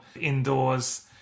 indoors